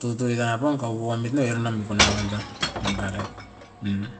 tutui apaun kau amit ne era nan mikuna wan pan nimparait mm.